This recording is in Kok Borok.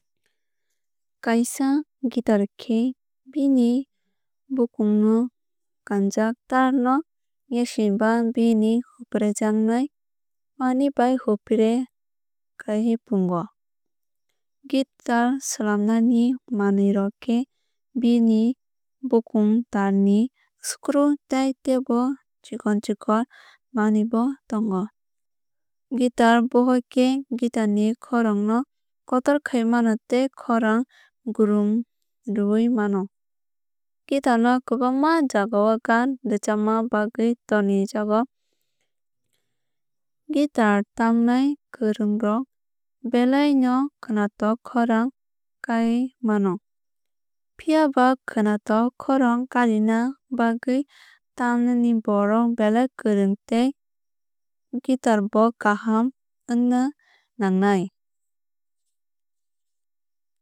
Kaisa guitar khe bini bokong no kanjak taar no yasi ba bini huprejaknai manwui bai hepre khai pungo. Guitar swlamnani manwui rok khe bini bokhog taar tei screw tai tebo chikon chikon manwui bo tongo. Guitar bokhok khe guitar ni khorang no kotor khai mano tei khorang gurumrwui mano. Guitar no kwbangma jagao gaan rwchapna bagwui tongijago. Guitar tamnai kwrungrok belai no khwnatok khorang kaiui mano. Phiaba khwnatok khorang karina bagwui tamnai borok belai kwrwng tei guitar bo kaham ongna nangnai.